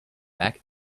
back